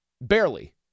Barely